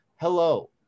hello